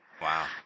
Wow